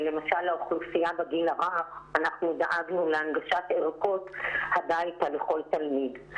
לאוכלוסייה בגיל הרך דאגנו להנגשת ערכות הביתה לכל תלמיד,